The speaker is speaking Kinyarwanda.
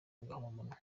agahomamunwa